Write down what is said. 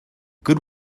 good